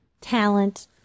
talent